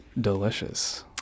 delicious